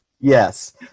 Yes